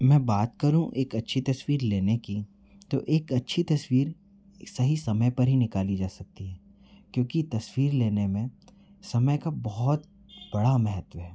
मैं बात करूँ एक अच्छी तस्वीर लेने की तो एक अच्छी तस्वीर सही समय पर ही निकाली जा सकती है क्योंकि तस्वीर लेने में समय का बहुत बड़ा महत्व है